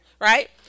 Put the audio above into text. right